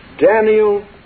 Daniel